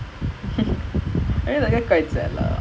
I mean like